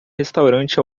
restaurante